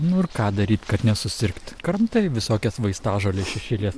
nu ir ką daryt kad nesusirgt kramtai visokias vaistažoles iš eilės